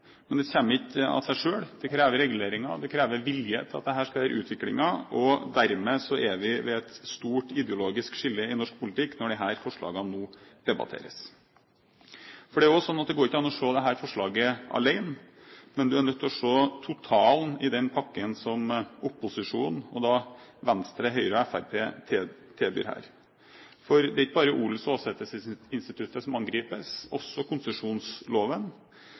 men det kommer ikke av seg sjøl, det krever reguleringer, og det krever vilje til at dette skal være utviklingen. Dermed er vi ved et stort ideologisk skille i norsk politikk når disse forslagene nå debatteres. Det går ikke an å se dette forslaget alene, vi er nødt til å se totalen i den pakken som opposisjonen – Venstre, Høyre og Fremskrittspartiet – tilbyr her. For det er ikke bare odels- og åsetesinstituttet som angripes, også konsesjonsloven,